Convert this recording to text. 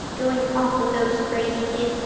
going off with those crazy kids.